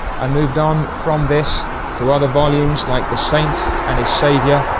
i moved on from this to other volumes like, the saint and his savior,